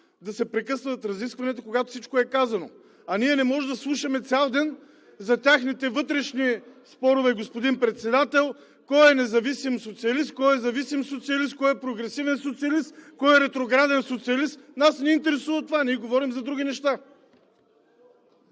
да се прекъсват разискванията, когато всичко е казано. А ние не може да слушаме цял ден за техните вътрешни спорове, господин Председател, кой е независим социалист, кой е зависим социалист, кой е прогресивен социалист, кой е ретрограден социалист – нас не ни интересува това. Ние говорим за други неща.